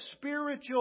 spiritual